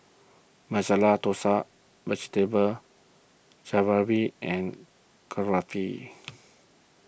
Masala Dosa Vegetable Jalfrezi and Kulfi